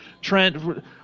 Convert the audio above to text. Trent